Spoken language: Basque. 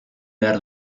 behar